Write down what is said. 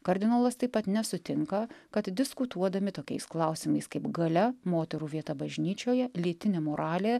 kardinolas taip pat nesutinka kad diskutuodami tokiais klausimais kaip galia moterų vieta bažnyčioje lytinė moralė